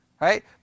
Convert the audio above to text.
Right